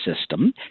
system